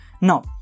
Now